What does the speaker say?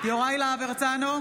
יוראי להב הרצנו,